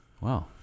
Wow